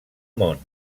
món